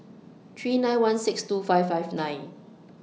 three nine one six two five five nine